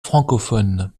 francophone